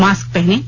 mask पहनें